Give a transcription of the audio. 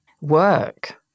work